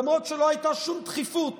למרות שלא הייתה שום דחיפות